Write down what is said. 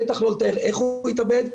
בטח לא לתאר איך הוא התאבד,